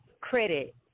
credit